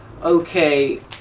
okay